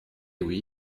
oui